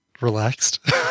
relaxed